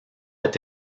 est